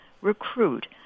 recruit